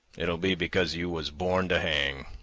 it'll be because you was born to hang,